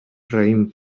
raïm